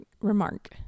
Remark